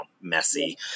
messy